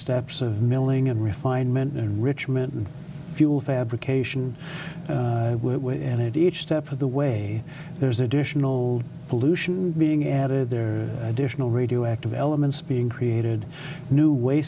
steps of milling and refinement enrichment and fuel fabrication and it each step of the way there's additional pollution being added there additional radioactive elements being created new wa